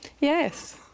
Yes